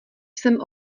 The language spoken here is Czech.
jsem